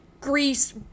Greece